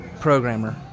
programmer